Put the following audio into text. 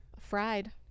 Fried